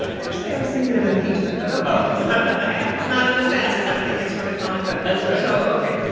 actually, i was thinking of impeachment. but ok oh yeah it's not an offensive. i think it's for the common good that's right so ok.